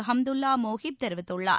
ஹம்துல்லா மோஹிப் தெரிவித்துள்ளார்